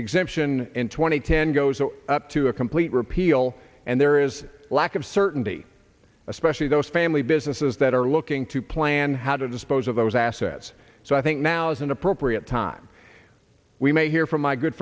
and ten goes up to a complete repeal and there is a lack of certainty especially those family businesses that are looking to plan how to dispose of those assets so i think now is an appropriate time we may hear from my good